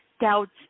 doubts